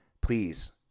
please